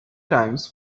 times